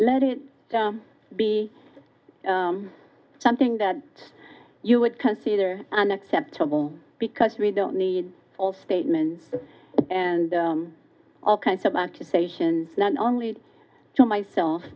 let it be something that you would consider unacceptable because we don't need false statements and all kinds of accusations not only to myself